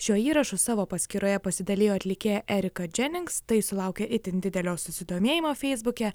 šiuo įrašu savo paskyroje pasidalijo atlikėja erika dženings tai sulaukė itin didelio susidomėjimo feisbuke